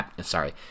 sorry